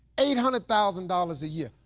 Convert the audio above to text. eight hundred thousand dollars a year.